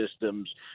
systems